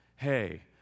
Hey